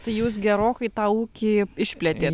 tai jūs gerokai tą ūkį išplėtėt